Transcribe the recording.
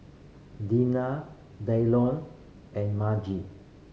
Deana Dylon and Margie